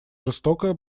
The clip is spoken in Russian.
жестокая